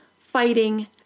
fighting